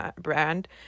brand